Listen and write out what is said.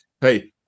hey